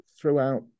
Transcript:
throughout